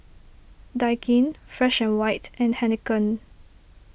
Daikin Fresh and White and Heinekein